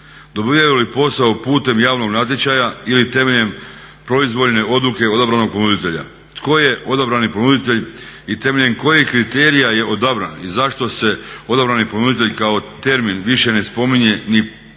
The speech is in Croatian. Dobivaju li posao putem javnog natječaja ili temeljem proizvoljne odluke odobrenog ponuditelja. Tko je odobreni ponuditelj i temeljem kojih kriterija je odabran i zašto se odobreni ponuditelj kao termin više ne spominje ni pobliže